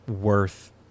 worth